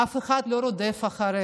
אף אחד לא רודף אחריך,